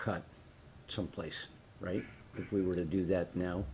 cut someplace right we were to do that now